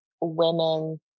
women